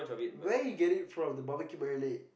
where you get it form the barbecue marinate